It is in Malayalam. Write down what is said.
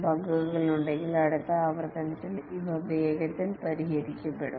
ബഗുകളുണ്ടെങ്കിൽ അടുത്ത ആവർത്തനത്തിൽ ഇവ വേഗത്തിൽ പരിഹരിക്കപ്പെടും